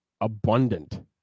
abundant